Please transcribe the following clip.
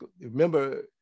remember